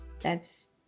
thats